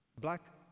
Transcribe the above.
black